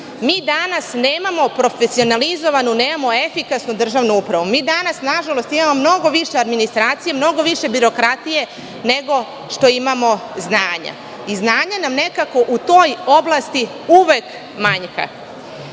Mi danas nemamo profesionalizovanu, nemamo efikasnu državnu upravu. Mi danas, nažalost, imamo mnogo više administracije, mnogo više birokratije nego što imamo znanja i znanje nam nekako u toj oblasti uvek manjka. Čini